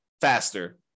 faster